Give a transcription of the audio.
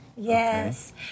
Yes